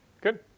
Good